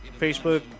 Facebook